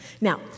Now